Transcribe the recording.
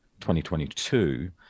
2022